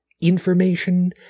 information